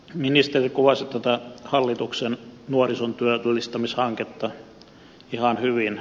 ministeri kuvasti tätä hallituksen nuorisontyöllistämishanketta ihan hyvin